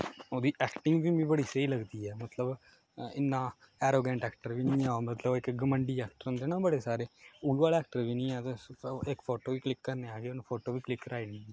ओह्दी ऐक्टिंग बी मिगी बड़ी स्हेई लगदी ऐ मतलब इन्ना ऐरोगैंट ऐक्टर बी नेईं ऐ ओह् मतलब इक घमंडी ऐक्टर होंदे न बड़े सारे उ'ऐ लेहा ऐक्टर बी नेईं ऐ ते इक फोटो बी क्लिक करने आस्तै आक्खो ते उ'नें फोटो बी क्लिक कराई ओड़नी